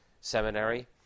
seminary